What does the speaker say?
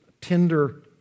tender